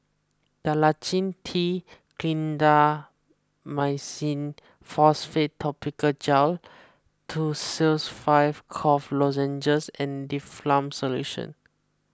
Dalacin T Clindamycin Phosphate Topical Gel Tussils five Cough Lozenges and Difflam Solution